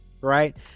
right